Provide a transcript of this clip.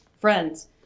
friends